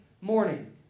morning